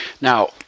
Now